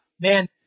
man